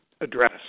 address